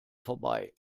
vorbei